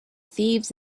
thieves